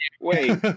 Wait